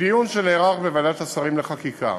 בדיון שנערך בוועדת השרים לחקיקה